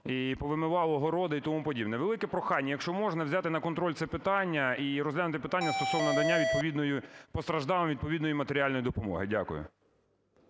і повимивало городи і тому подібне. Велике прохання, якщо можна, взяти на контроль це питання і розглянути питання стосовно надання постраждалим відповідної матеріальної допомоги. Дякую.